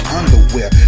underwear